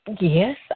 yes